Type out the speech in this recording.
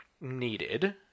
needed